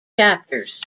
chapters